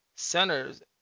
centers